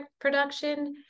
production